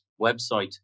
website